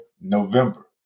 November